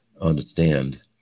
understand